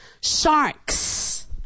Sharks